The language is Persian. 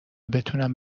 بتونم